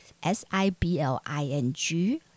S-I-B-L-I-N-G